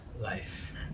life